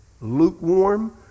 lukewarm